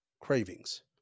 cravings